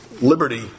liberty